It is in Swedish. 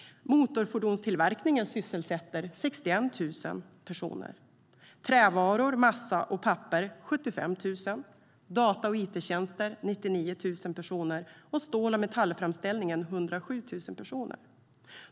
Motorfordonstillverkningen sysselsätter 61 000 personer, trävaror, massa och papper 75 000 personer, data och it-tjänster 99 000 personer och stål och metallframställningen 107 000 personer.